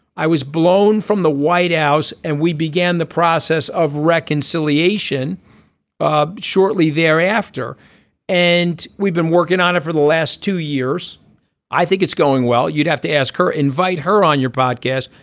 i was blown from the white house and we began the process of reconciliation um shortly thereafter and we've been working on it for the last two years i think it's going well you'd have to ask her invite her on your podcast.